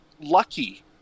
lucky